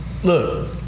Look